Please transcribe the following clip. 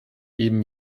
eben